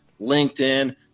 linkedin